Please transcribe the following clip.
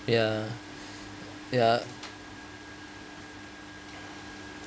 ya ya